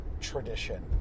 tradition